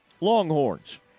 longhorns